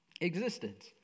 Existence